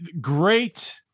Great